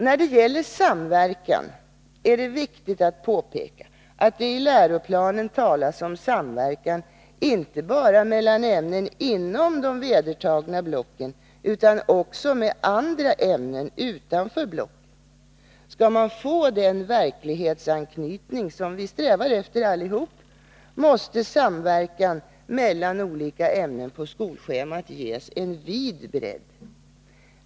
När det gäller samverkan är det viktigt att påpeka, att det i läroplanen talas om samverkan inte bara mellan ämnen inom de vedertagna blocken, utan också med andra ämnen utanför blocken. Skall man få den verklighetsanknytning som vi alla eftersträvar, måste samverkan mellan olika ämnen på skolschemat ges stor bredd.